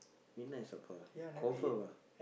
midnight supper ah confirm ah